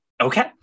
Okay